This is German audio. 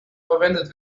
verwendet